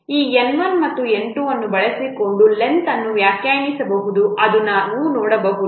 ಈ N 1 ಮತ್ತು N 2 ಅನ್ನು ಬಳಸಿಕೊಂಡು ಲೆಂಥ್ ಅನ್ನು ವ್ಯಾಖ್ಯಾನಿಸಬಹುದು ಎಂದು ನಾವು ನೋಡಬಹುದು